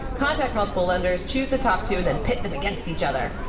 contact multiple lenders. choose the top two and then pit them against each other.